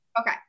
Okay